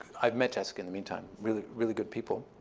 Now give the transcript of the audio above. i've met jessica in the meantime really really good people.